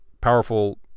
powerful